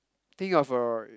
think of a